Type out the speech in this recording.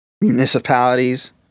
municipalities